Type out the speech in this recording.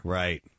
right